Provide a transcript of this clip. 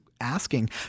asking